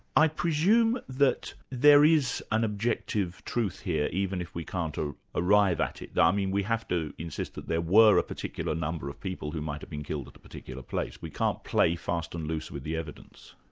i presume that there is an objective truth here, even if we can't ah arrive at it. i um mean, we have to insist that there were a particular number of people who might have been killed at a particular place we can't play fast and loose with the evidence.